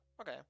Okay